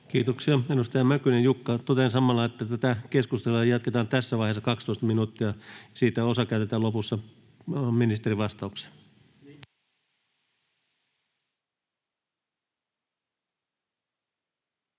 Kiitoksia. — Edustaja Mäkynen, Jukka. — Totean samalla, että tätä keskustelua jatketaan tässä vaiheessa 12 minuuttia. Siitä osa käytetään lopussa ministerin vastaukseen. Arvoisa